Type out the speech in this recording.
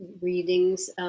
readings